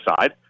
side